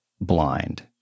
blind